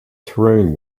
terrain